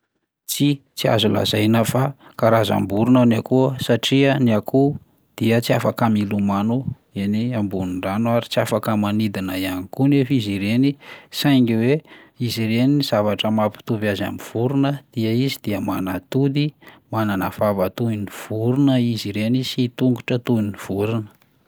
Tsia, tsy azo lazaina fa karazam-borona ny akoho satria ny akoho dia tsy afaka milomano eny ambony rano ary tsy afaka manidina ihany koa nefa izy ireny saingy hoe izy ireny ny zavatra mampitovy azy amin'ny vorona dia izy dia manatody, manana vava toy ny vorona izy ireny sy tongotra toy ny vorona.